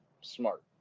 smart